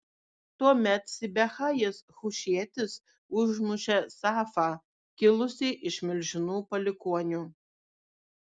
tuomet sibechajas hušietis užmušė safą kilusį iš milžinų palikuonių